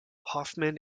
hoffman